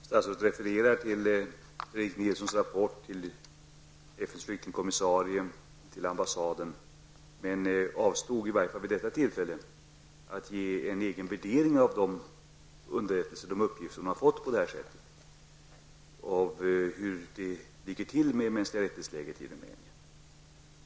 Herr talman! Statsrådet refererar till en rapport av Per Erik Nilsson till FNs flyktingkommissarie och ambassaden, men avstår, i varje fall vid detta tillfälle, från att ge en egen värdering av de underrättelser och uppgifter hon fått på det här sättet om hur det står till med de mänskliga rättigheterna i Rumänien.